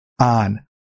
on